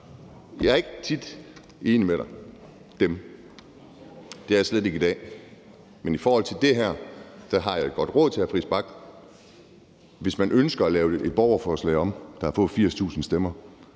jeg er tit ikke enig med dig, og det er jeg slet ikke i dag. Men i forhold til det her har jeg et godt råd til hr. Christian Friis Bach. Hvis man ønsker at lave et borgerforslag, der har fået 80.000 stemmer,